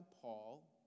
Paul